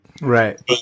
Right